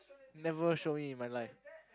never showing it in my life